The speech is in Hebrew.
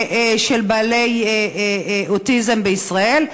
של אנשים עם אוטיזם בישראל.